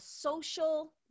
Social